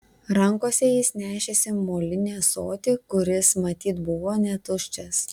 rankose jis nešėsi molinį ąsotį kuris matyt buvo netuščias